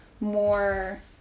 more